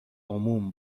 عموم